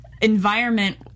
environment